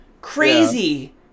Crazy